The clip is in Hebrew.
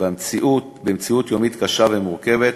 במציאות יומית קשה ומורכבת,